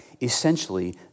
Essentially